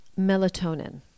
melatonin